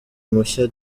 mushya